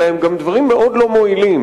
אלא גם דברים מאוד לא מועילים,